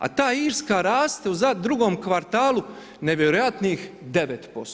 A ta Irska raste u drugom kvartalu nevjerojatnih 9%